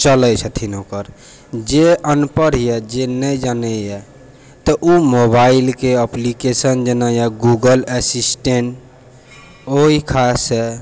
चलै छथिन ओइपर जे अनपढ़ यऽ जे नहि जानै यऽ ओ मोबाइलके एप्लिकेशन यऽ जेना गूगल असिस्टेन्ट ओ